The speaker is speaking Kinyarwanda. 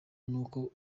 n’uko